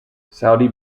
saudi